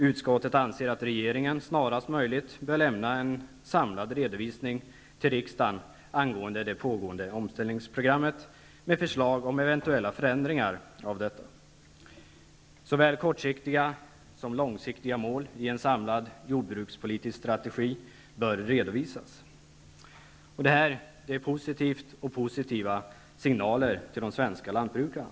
Utskottet anser att regeringen snarast möjligt bör lämna en samlad redovisning till riksdagen angående det pågående omställningsprogrammet med förslag om eventuella förändringar av detta. Såväl kortsiktiga som långsiktiga mål i en samlad jordbrukspolitisk strategi bör redovisas. Det här är positiva signaler till de svenska lantbrukarna.